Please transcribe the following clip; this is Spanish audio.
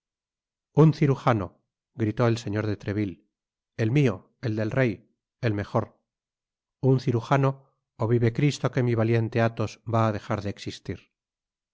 un cirujano gritó el señor de treville el mio el del rey el mejor un cirujano ó vive cristo que mi valiente athos va á dejar de existir